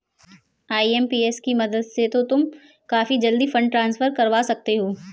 IMPS की मदद से तो तुम काफी जल्दी फंड ट्रांसफर करवा सकते हो